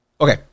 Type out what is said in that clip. Okay